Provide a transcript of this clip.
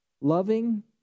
Loving